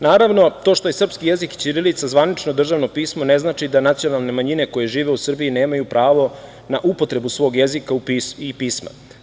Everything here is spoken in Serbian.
Naravno, to što je srpski jezik i ćirilica zvanično državno pismo ne znači da nacionalne manjine koje žive u Srbiji nemaju pravo na upotrebu svog jezika i pisma.